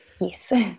Yes